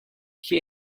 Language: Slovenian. kje